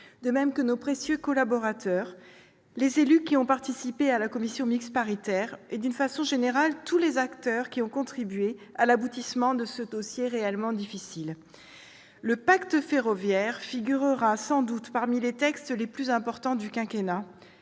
un excellent travail sur ce texte, les membres de la commission mixte paritaire et, d'une façon générale, tous les acteurs qui ont contribué à l'aboutissement de ce dossier réellement difficile. Le « pacte ferroviaire » figurera sans doute parmi les textes les plus importants du quinquennat.